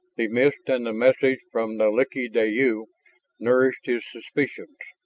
the mist and the message from nalik'ideyu nourished his suspicions.